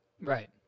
Right